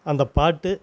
அந்த பாட்டு